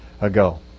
ago